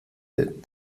der